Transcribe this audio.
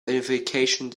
identification